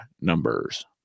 numbers